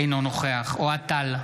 אינו נוכח אוהד טל,